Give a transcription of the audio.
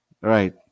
Right